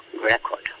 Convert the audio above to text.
record